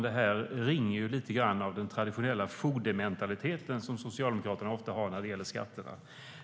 Detta påminner lite grann om den traditionella fogdementalitet som Socialdemokraterna ofta har när det gäller skatterna.